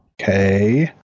Okay